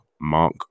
Mark